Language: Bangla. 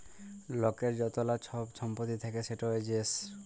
লকের য্তলা ছব ছম্পত্তি থ্যাকে সেট এসেট